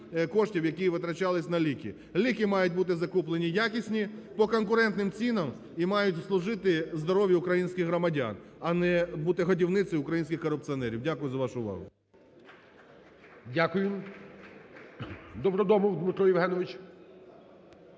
коштів, які витрачалася на ліки. Ліки мають бути закуплені якісні, по конкурентним цінам і мають служити здоров'ю українських громадян, а не бути годівницею українських корупціонерів. Дякую за вашу увагу. ГОЛОВУЮЧИЙ. Дякую. Добродомов Дмитро Євгенович.